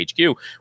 HQ